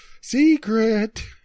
secret